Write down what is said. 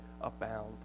abound